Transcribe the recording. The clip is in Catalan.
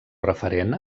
referent